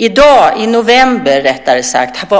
I november